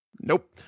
Nope